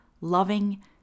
loving